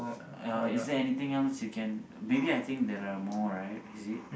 uh is there anything else you can maybe I think there are more right is it